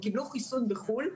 הם קיבלו חיסון בחו"ל,